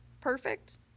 perfect